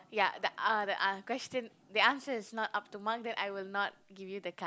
ya the uh the uh question the answer is not up to mark then I will not give you the card